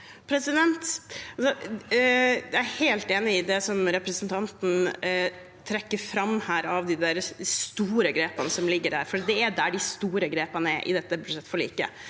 Jeg er helt enig i det representanten trekker fram her av de store grepene som ligger der, for det er der de store grepene er i dette budsjettforliket.